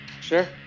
sure